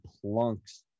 plunks